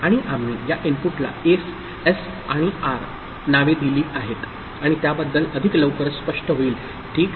आणि आम्ही या इनपुटला एस आणि आर नावे दिली आहेत आणि त्याबद्दल अधिक लवकरच स्पष्ट होईल ठीक